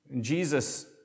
Jesus